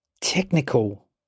technical